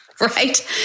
right